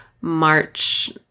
March